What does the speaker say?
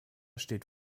steht